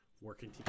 working